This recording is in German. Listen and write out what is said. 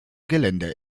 gelände